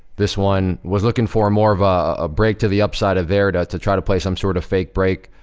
this one was looking for, more of a, a break to the upside of there and to try to play some sorta fake break,